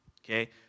Okay